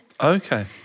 Okay